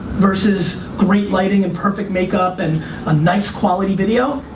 versus great lighting and perfect makeup and a nice-quality video,